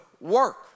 work